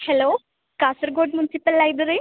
hello Kasaragod municipal library